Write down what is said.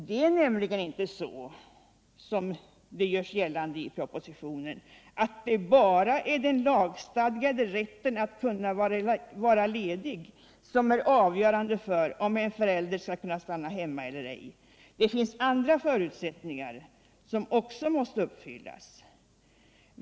Det är nämligen inte så, som det görs gällande i propositionen, att det bara är den lagstadgade rätten att kunna vara ledig som är avgörande för om cen förälder skall kunna stanna hemma eller ej. Det finns andra förutsättningar som också måste uppfyllas.